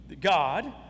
God